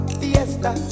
fiesta